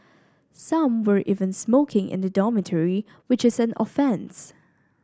some were even smoking in the dormitory which is an offence